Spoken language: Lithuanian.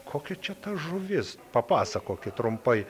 kokia čia ta žuvis papasakokit trumpai